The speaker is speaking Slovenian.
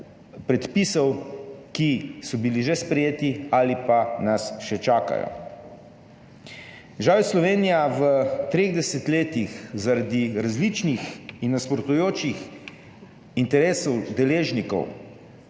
predpisov, ki so bili že sprejeti ali pa nas še čakajo. Žal je Slovenija v treh desetletjih zaradi različnih in nasprotujočih si interesov deležnikov